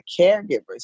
caregivers